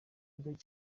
igikorwa